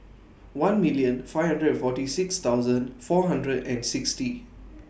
one million five hundred and forty six thousand four hundred and sixty